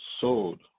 sold